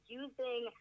using